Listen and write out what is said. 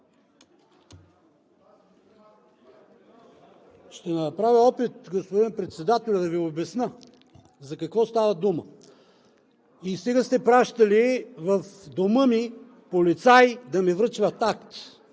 Ще направя опит, господин Председател, да Ви обясня за какво става дума. И стига сте пращали в дома ми полицаи да ми връчват акт.